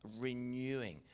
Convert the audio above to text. renewing